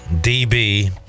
DB